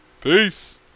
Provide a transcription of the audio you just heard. Peace